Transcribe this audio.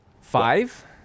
five